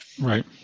Right